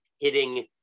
hitting